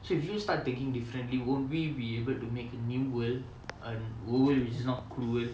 so if you start thinking differently won't we be able to make a new world a world which is not cruel